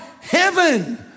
heaven